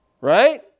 right